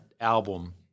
album